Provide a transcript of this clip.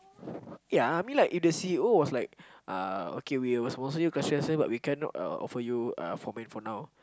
yeah I mean if the C_E_O was like uh okay we will sponsor you class three license but we cannot offer you for men for now